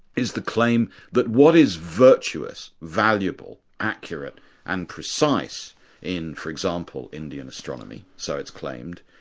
is the claim that what is virtuous, valuable, accurate and precise in, for example, indian astronomy, so it's claimed,